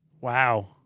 Wow